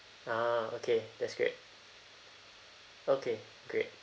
ah okay that's great okay great